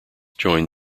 joined